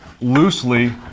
loosely